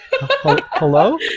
Hello